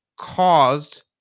caused